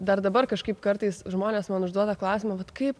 dar dabar kažkaip kartais žmonės man užduoda klausimą vat kaip